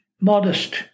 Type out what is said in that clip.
modest